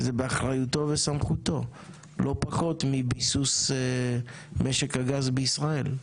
שזה באחריותו וסמכותו לא פחות מביסוס משק הגז בישראל.